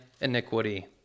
iniquity